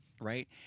right